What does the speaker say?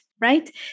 right